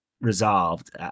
resolved